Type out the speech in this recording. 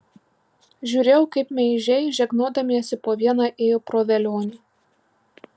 žiūrėjau kaip meižiai žegnodamiesi po vieną ėjo pro velionį